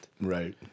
Right